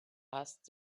asked